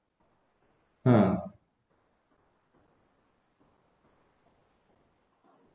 !huh!